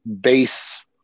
base